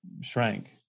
shrank